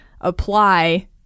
apply